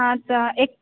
हँ तऽ एक